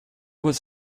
was